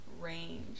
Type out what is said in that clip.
range